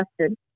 tested